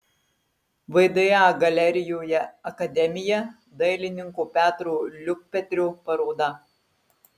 vda galerijoje akademija dailininko petro liukpetrio paroda